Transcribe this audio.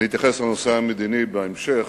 אתייחס לנושא המדיני בהמשך.